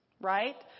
Right